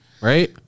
right